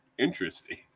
Interesting